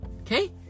Okay